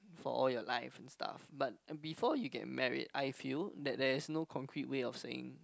for all your life and stuff but before you get married I feel that there is no concrete way of saying